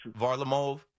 Varlamov